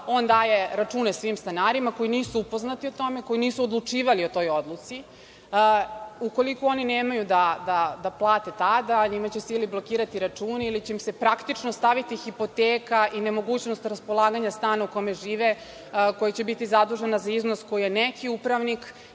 on daje račune svim stanarima koji nisu upoznati o tome, koji nisu odlučivali o toj odluci. Ukoliko oni nemaju da plate tada, njima će se ili blokirati računi ili će im se praktično staviti hipoteka i nemogućnost raspolaganja stanom u kome žive, koja će biti zadužena za iznos koji je neki upravnik